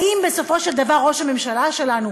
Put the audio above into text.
האם בסופו של דבר ראש הממשלה שלנו,